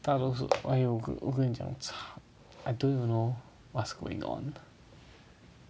大多数 oh 我跟你讲 I don't know what's going on